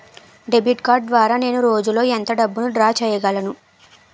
Debit card ద్వారా నేను రోజు లో ఎంత డబ్బును డ్రా చేయగలను?